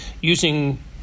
using